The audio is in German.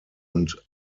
und